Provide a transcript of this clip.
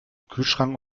kühlschrank